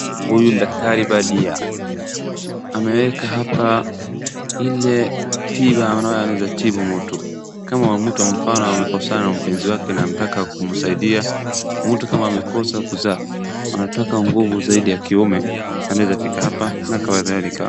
Huyu ni daktari Vadia, ameeka hapa ile tiba anaona anaeza tibu mtu .Kama mtu mfano amekosana na mpenzi wake na anataka kumsaidia, mtu kama amekosa kuzaa , anataka nguvu zaidi ya kiume anaweza fika hapa na kadhalika.